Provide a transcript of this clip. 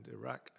Iraq